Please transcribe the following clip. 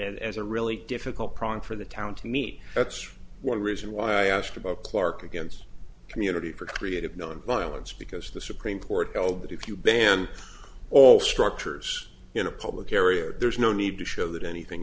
as a really difficult problem for the town to me that's one reason why i asked about clark against community for creative nonviolence because the supreme court held that if you ban all structures in a public area there's no need to show that anything